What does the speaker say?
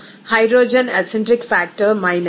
ఇప్పుడు hydrogen acentric factor minus 0